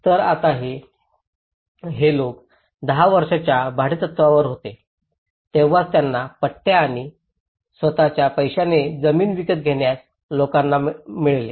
तर आता हे लोक 10 वर्षांच्या भाडेतत्त्वावर होते तेव्हाच त्यांना पट्ट्या आणि स्वत च्या पैशाने जमीन विकत घेतलेल्या लोकांना मिळेल